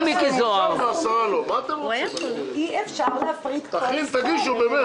אי אפשר להפריד את הסכומים.